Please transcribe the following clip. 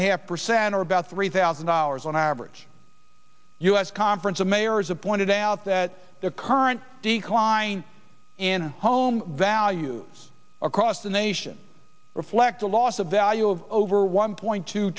a half percent or about three thousand dollars on average u s conference of mayors of pointed out that the current decline in home values across the nation reflect a loss of value of over one point two